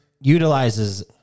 utilizes